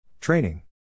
Training